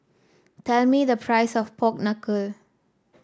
tell me the price of Pork Knuckle